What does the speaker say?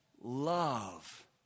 love